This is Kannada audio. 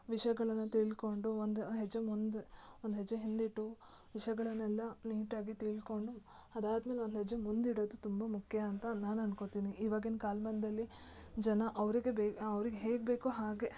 ವಿಷಯಗಳನ್ನ ತಿಳಕೊಂಡು ಒಂದು ಹೆಜ್ಜೆ ಮುಂದೆ ಒಂದು ಹೆಜ್ಜೆ ಹಿಂದಿಟ್ಟು ವಿಷಯಗಳನ್ನೆಲ್ಲ ನೀಟಾಗಿ ತಿಳಕೊಂಡು ಅದಾದ್ಮೇಲೆ ಒಂದು ಹೆಜ್ಜೆ ಮುಂದೆ ಇಡೋದು ತುಂಬ ಮುಖ್ಯ ಅಂತ ನಾನು ಅಂದ್ಕೊತಿನಿ ಇವಾಗಿನ ಕಾಲಮಾನ್ದಲ್ಲಿ ಜನ ಅವರಿಗೆ ಬೆ ಅವ್ರಿಗೆ ಹೆಂಗೆ ಬೇಕೊ ಹಾಗೆ